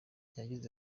yagize